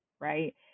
right